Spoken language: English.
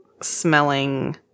smelling